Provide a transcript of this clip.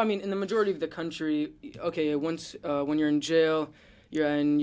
i mean the majority of the country ok once when you're in jail